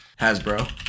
Hasbro